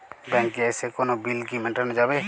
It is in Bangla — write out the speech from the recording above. ব্যাংকে এসে কোনো বিল কি মেটানো যাবে?